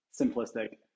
simplistic